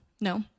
No